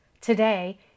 Today